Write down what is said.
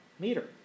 Meter